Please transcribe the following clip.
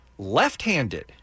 Left-handed